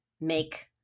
make